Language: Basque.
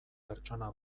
pertsona